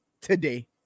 today